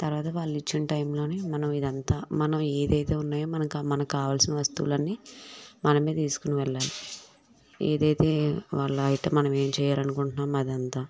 తరవాత వాళ్ళిచ్చిన టైమ్లోనే మనం ఇదంతా మనం ఏదైతే ఉన్నాయో మనకి మనకి కావాల్సినవి వస్తువులన్నీ మనమే తీసుకుని వెళ్ళాలి ఏదైతే వాళ్ళ ఐటెమ్ మనం ఏం చెయ్యాలనుకుంట్నామో అదంతా